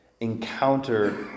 encounter